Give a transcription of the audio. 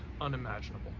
unimaginable